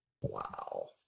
Wow